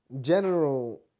general